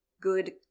good